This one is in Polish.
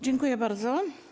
Dziękuję bardzo.